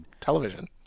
television